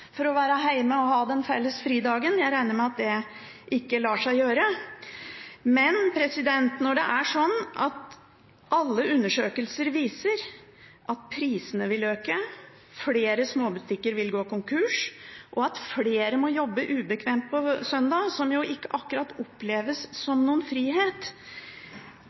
for å være hjemme og ha denne felles fridagen. Jeg regner med at det ikke lar seg gjøre. Når det er sånn at alle undersøkelser viser at prisene vil øke, at flere småbutikker vil gå konkurs, og at flere må jobbe ubekvemt på søndag, som ikke akkurat oppleves som noen frihet